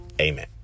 Amen